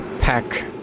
pack